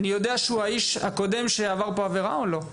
אני יודע שהוא האיש שקודם עבר כאן עבירה או לא?